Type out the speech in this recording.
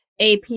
ap